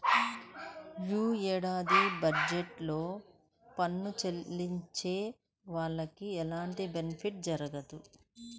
యీ ఏడాది బడ్జెట్ లో పన్ను చెల్లించే వాళ్లకి ఎలాంటి బెనిఫిట్ జరగలేదు